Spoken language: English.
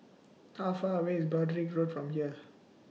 How Far away IS Broadrick Road from here